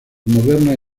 modernas